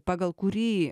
pagal kurį